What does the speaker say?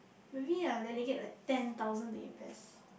maybe I'll dedicate like ten thousand to invest